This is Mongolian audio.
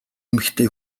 эмэгтэй